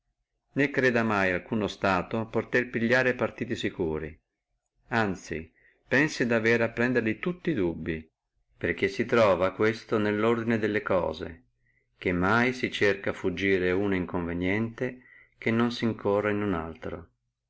né creda mai alcuno stato potere pigliare partiti securi anzi pensi di avere a prenderli tutti dubii perché si truova questo nellordine delle cose che mai non si cerca fuggire uno inconveniente che non si incorra in uno altro